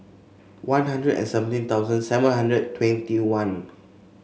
One Hundred and seventeen thousand seven hundred twenty one